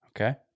Okay